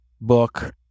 book